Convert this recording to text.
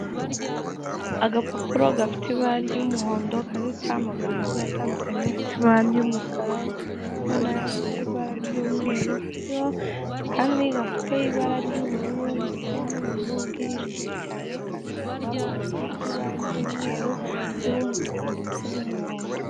Agapapuro gafite ibara ry'umuhondo kanditseho amagambo agiye atandukanye afite ibara ry'umukara hariho nayafite ibara ry'umweru hariho akandi gafite ibara ry'ubururu ndetse n'ubururu bwijimye cyane kandikishijweho amagambo afite ibara ry'umweru hariho umutuku ndetse n'umuhondo.